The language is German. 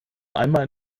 einmal